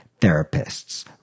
therapists